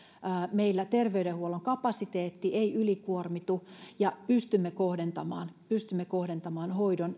meillä terveydenhuollon kapasiteetti ei ylikuormitu ja pystymme kohdentamaan pystymme kohdentamaan hoidon